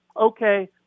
okay